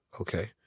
Okay